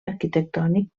arquitectònic